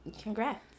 Congrats